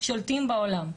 שולטים בעולם.